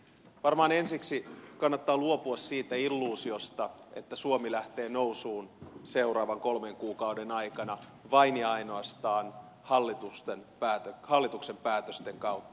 varmaan ensiksi kannattaa luopua siitä illuusiosta että suomi lähtee nousuun seuraavan kolmen kuukauden aikana vain ja ainoastaan hallituksen päätösten kautta